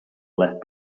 left